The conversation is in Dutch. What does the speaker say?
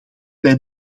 bij